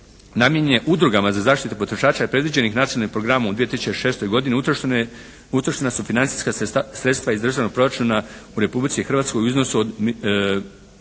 namijenjene Udrugama za zaštitu potrošača predviđenih Nacionalnim programom u 2006. godini, utrošena su financijska sredstva iz državnog proračuna u Republici Hrvatskoj u iznosu od milijun